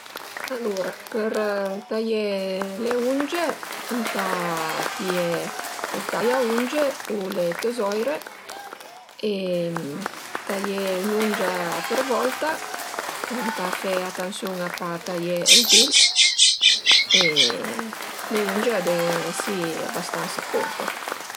Alura për taié le unge ëntà pìé ël taiaunge u le tëzoire e taié ün'ungia për volta, ëntà fe atansiun a pa taié ël dil e le unge a devu esi abastansa curte